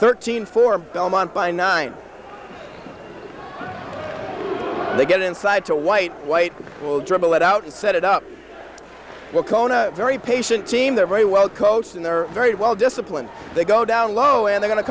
thirteen for belmont by nine they get inside to white white will dribble it out and set it up well cona very patient team they're very well coached and they're very well disciplined they go down low and are going to